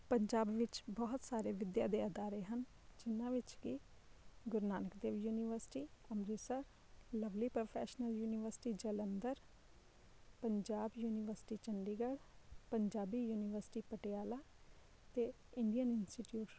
ਪੰਜਾਬ ਵਿੱਚ ਬਹੁਤ ਸਾਰੇ ਵਿੱਦਿਆ ਦੇ ਅਦਾਰੇ ਹਨ ਜਿਨ੍ਹਾਂ ਵਿੱਚ ਕਿ Guru Nanak Dev University Amritsar Lovely Professional University Jalandhar Punjab University Chandigarh Punjabi University Patiala ਅਤੇ ਇੰਡੀਅਨ ਇੰਸਟੀਚਿਊਟ